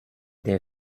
der